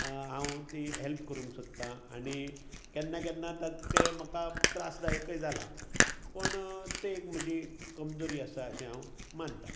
हांव ती हेल्प करूंक सोदतां आनी केन्नां केन्नां ते म्हाका त्रासदायकय जालां पण ते एक म्हजी कमजोरी आसा अशें हांव मानतां